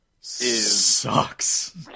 sucks